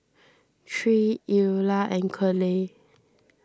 Tre Eula and Curley